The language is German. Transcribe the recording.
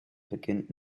beginnt